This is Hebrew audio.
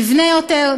נבנה יותר,